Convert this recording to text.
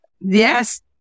yes